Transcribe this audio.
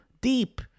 deep